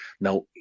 Now